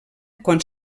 quan